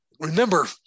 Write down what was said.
remember